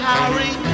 Harry